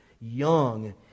young